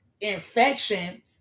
infection